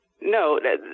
no